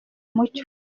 mucyo